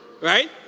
right